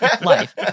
life